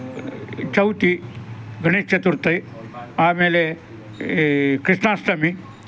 ಚೌತಿ ಗಣೇಶ ಚತುರ್ಥಿ ಆಮೇಲೆ ಈ ಕೃಷ್ಣಾಷ್ಟಮಿ